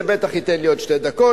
זה בטח ייתן לי עוד שתי דקות.